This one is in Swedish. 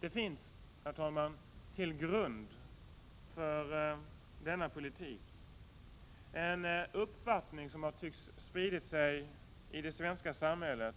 Det finns, herr talman, till grund för denna politik en uppfattning som tycks ha spritt sig i det svenska samhället,